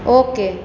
okay